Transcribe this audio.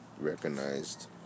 recognized